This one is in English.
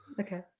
Okay